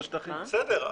בסדר,